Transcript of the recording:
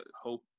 hope